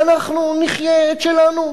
ואנחנו נחיה את שלנו.